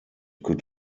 could